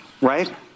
Right